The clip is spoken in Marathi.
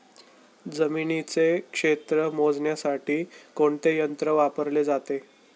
जमिनीचे क्षेत्र मोजण्यासाठी कोणते यंत्र वापरले जाते?